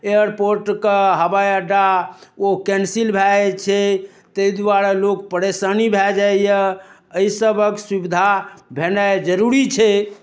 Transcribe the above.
एयरपोर्टके हवाइअड्डा ओ कैन्सिल भऽ जाइ छै ताहि दुआरे लोक परेशानी भऽ जाइए एहिसबके सुविधा भेनाइ जरूरी छै